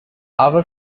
our